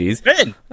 Ben